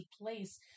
place